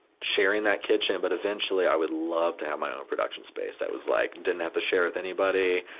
sharing that kitchen but eventually i would love to have my own production space that was like, didn't have to share with anybody,